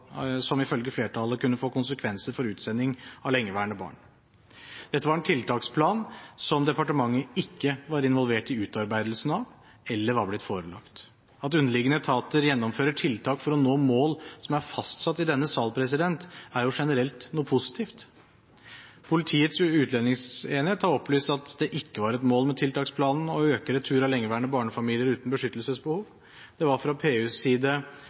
lengeværende barn. Dette var en tiltaksplan som departementet ikke var involvert i utarbeidelsen av eller var blitt forelagt. At underliggende etater gjennomfører tiltak for å nå mål som er fastsatt i denne sal, er generelt noe positivt. Politiets utlendingsenhet har opplyst at det ikke var et mål med tiltaksplanen å øke retur av lengeværende barnefamilier uten beskyttelsesbehov. Det var fra PUs side